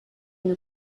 une